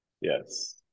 Yes